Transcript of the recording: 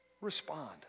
Respond